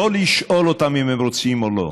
לא לשאול אותם אם הם רוצים או לא,